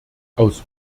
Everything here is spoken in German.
aus